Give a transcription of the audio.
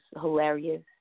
hilarious